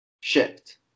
shift